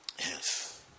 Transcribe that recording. Yes